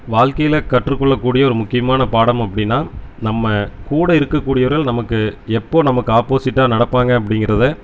வாழ்க்கையில் கற்றுக்கொள்ள கூடிய ஒரு முக்கியமான பாடம் அப்படினா நம்ம கூட இருக்க கூடியவர்கள் நமக்கு எப்போது நமக்கு ஆப்போசிட்டாக நடப்பாங்க அப்படிங்கிறத